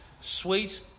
sweet